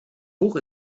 hoch